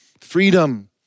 freedom